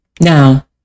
Now